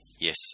Yes